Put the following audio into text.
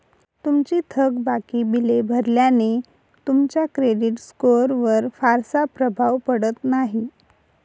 तुमची थकबाकी बिले भरल्याने तुमच्या क्रेडिट स्कोअरवर फारसा प्रभाव पडत नाही